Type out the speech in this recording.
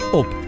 op